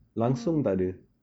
yang